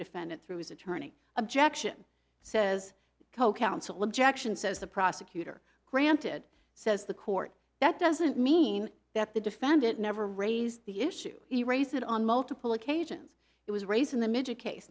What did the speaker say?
defendant through his attorney objection says co counsel objection says the prosecutor granted says the court that doesn't mean that the defendant never raised the issue to raise it on multiple occasions it was raised in the middle case